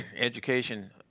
education